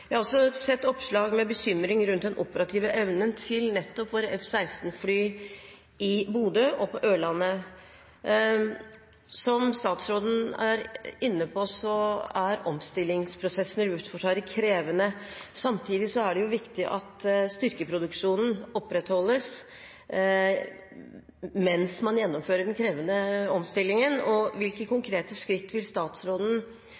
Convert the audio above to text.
bekymring rundt den operative evnen til nettopp våre F-16-fly i Bodø og på Ørlandet. Som statsråden er inne på, er omstillingsprosessen i Luftforsvaret krevende. Samtidig er det jo viktig at styrkeproduksjonen opprettholdes mens man gjennomfører den krevende omstillingen. Hvilke